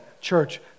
church